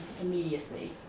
immediacy